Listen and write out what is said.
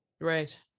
Right